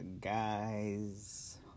guys